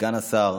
סגן השר,